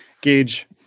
gauge